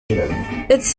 its